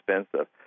expensive